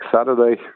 Saturday